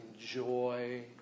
enjoy